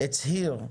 הצהיר,